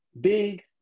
big